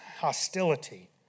hostility